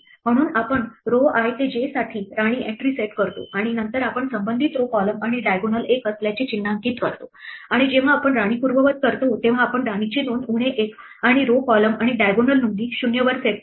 म्हणूनआपण row i ते j साठी राणी एंट्री सेट करतो आणि नंतर आपण संबंधित row column आणिdiagonal एक असल्याचे चिन्हांकित करतो आणि जेव्हा आपण राणी पूर्ववत करतो तेव्हा आपण राणीची नोंद उणे 1 आणि row column आणि diagonal नोंदी 0 वर सेट करतो